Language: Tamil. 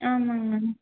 ஆமாம்ங்கண்ணா